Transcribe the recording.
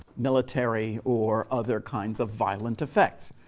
military or other kinds of violent effects.